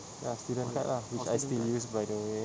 ya student card lah which I still use by the way